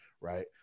Right